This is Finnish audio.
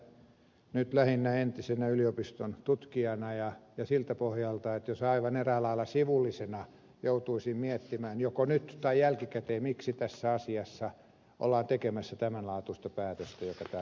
tarkastelen niitä nyt lähinnä entisenä yliopiston tutkijana ja siltä pohjalta että aivan eräällä lailla sivullisena joutuisin miettimään joko nyt tai jälkikäteen miksi tässä asiassa ollaan tekemässä tämän laatuista päätöstä joka täällä meillä on pöydillä